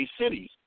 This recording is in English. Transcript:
cities